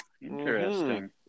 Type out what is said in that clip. interesting